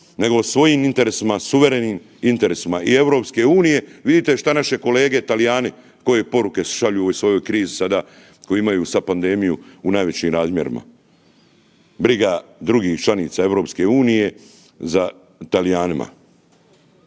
Nego svojim interesima, suverenim interesima i EU-e, vidite što naši kolege Talijani, koje poruke šalju u ovoj svojoj krizi sada koju imaju sa pandemiju u najvećim razmjerima. Briga drugih članica EU za Talijanima.